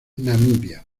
namibia